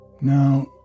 Now